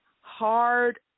hard